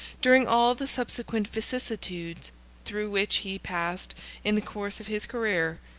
during all the subsequent vicissitudes through which he passed in the course of his career,